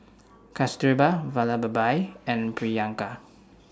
Kasturba Vallabhbhai and Priyanka